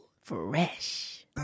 Fresh